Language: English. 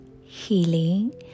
healing